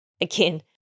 Again